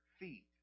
feet